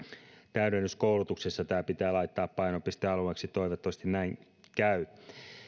täydennyskoulutuksessa tämä pitää laittaa painopistealueeksi toivottavasti näin käy